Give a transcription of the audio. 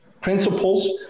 principles